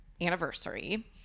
anniversary